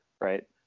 right